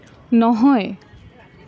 নহয়